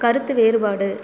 கருத்து வேறுபாடு